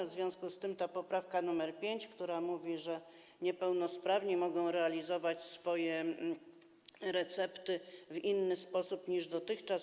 W związku z tym jest ta poprawka nr 5, która mówi, że niepełnosprawni mogą realizować swoje recepty w inny sposób niż dotychczas.